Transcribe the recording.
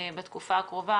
בתקופה קרובה,